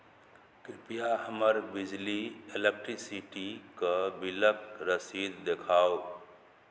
कृप्या हमर बिजली इलेक्ट्रिसिटीके बिलक रसीद देखाउ